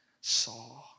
saw